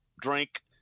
drink